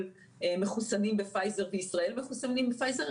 שמחוסנים בפייזר ובישראל שמחוסנים בפייזר,